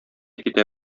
китә